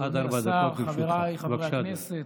אדוני השר, חבריי חברי הכנסת,